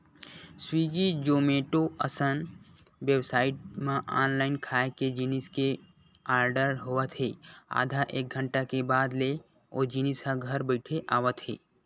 Swiggy, Zomato असन website म online खाए के जिनिस के आरडर होत हे आधा एक घंटा के बाद ले ओ जिनिस ह घर बइठे आवत हे